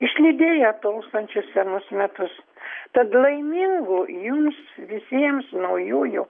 išlydėjo tolstančius senus metus tad laimingų jums visiems naujųjų